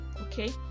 okay